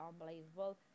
unbelievable